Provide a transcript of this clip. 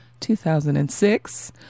2006